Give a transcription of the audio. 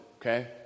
okay